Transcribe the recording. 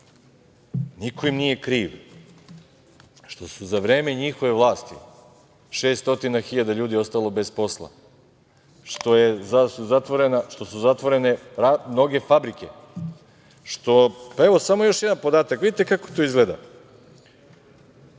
im nije kriv što je za vreme njihove vlasti 600.000 ljudi ostalo bez posla, što su zatvorene mnoge fabrike. Evo, samo još jedan podatak. Vidite kako to izgleda,